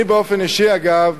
אגב,